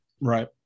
Right